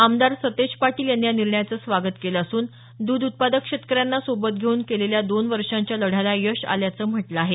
आमदार सतेज पाटील यांनी या निर्णयाचं स्वागत केलं असून दूध उत्पादक शेतकऱ्यांना सोबत घेऊन केलेल्या दोन वर्षांच्या लढ्याला यश आल्याचं म्हटलं आहे